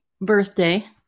birthday